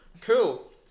cool